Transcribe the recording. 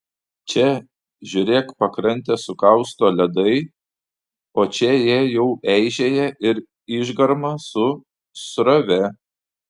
čia žiūrėk pakrantę sukausto ledai o čia jie jau eižėja ir išgarma su srove